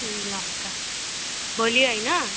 ल त भोलि हैन